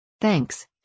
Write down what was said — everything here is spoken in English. Thanks